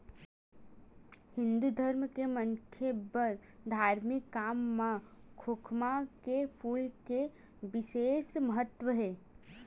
हिंदू धरम के मनखे बर धारमिक काम म खोखमा के फूल के बिसेस महत्ता हे